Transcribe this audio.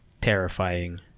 terrifying